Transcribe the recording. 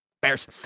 Bears